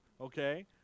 Okay